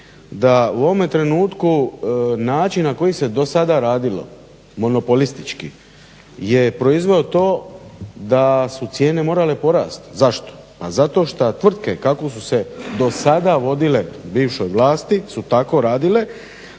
da u ovome trenutku način na koji se do sada radilo monopolistički je proizveo to da su cijene morale porasti. Zašto? Zato što tvrtke kako su se do sada vodile u bivšoj vlasti su tako radile